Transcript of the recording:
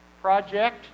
project